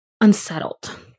unsettled